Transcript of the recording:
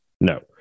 no